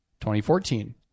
2014